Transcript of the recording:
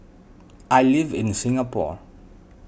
I live in Singapore